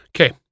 Okay